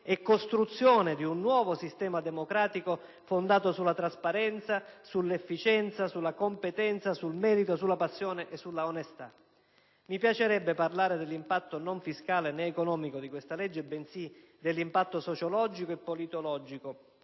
e costruzione di un nuovo sistema democratico fondato sulla trasparenza, sull'efficienza, sulla competenza, sul merito, sulla passione e sull'onestà. Mi piacerebbe parlare dell'impatto non fiscale, né economico di questa legge, bensì dell'impatto sociologico e politologico